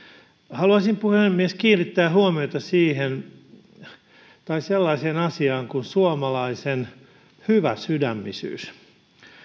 haluaisin puhemies kiinnittää huomiota sellaiseen asiaan kuin suomalaisen hyväsydämisyys